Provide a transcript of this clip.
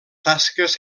tasques